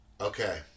Okay